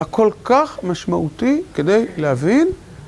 הכל כך משמעותי כדי להבין.